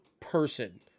person